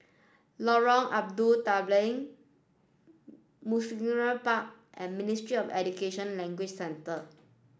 Lorong Abu Talib Mugliston Park and Ministry of Education Language Centre